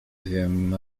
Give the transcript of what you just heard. wiem